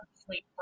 Complete